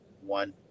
one